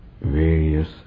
various